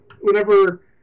whenever